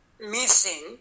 missing